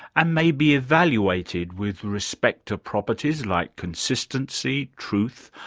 and may be evaluated with respect to properties, like consistency, truth,